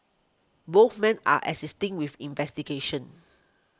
both men are assisting with investigations